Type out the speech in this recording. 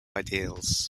ideas